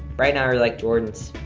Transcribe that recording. right now i really like jordans.